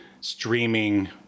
streaming